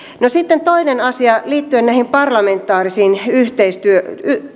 sitten toinen asia liittyen näihin parlamentaarisiin